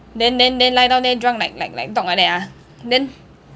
then then then lie down there drunk like like like dog like that ah then